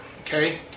okay